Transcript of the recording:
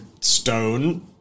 stone